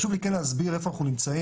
חשוב לי כן להסביר איפה אנחנו נמצאים,